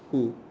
who